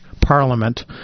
Parliament